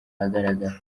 ahagaragara